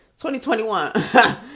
2021